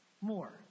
more